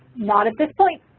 not at this point.